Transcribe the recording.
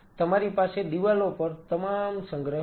અને તમારી પાસે દિવાલો પર તમામ સંગ્રહ છે